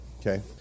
okay